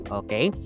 okay